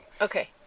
Okay